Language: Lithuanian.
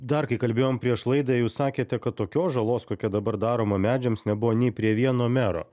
dar kai kalbėjom prieš laidą jūs sakėte kad tokios žalos kokia dabar daroma medžiams nebuvo nei prie vieno mero